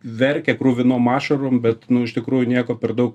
verkia kruvinom ašarom bet iš tikrųjų nieko per daug